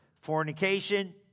Fornication